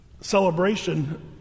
celebration